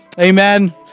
Amen